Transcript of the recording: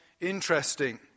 interesting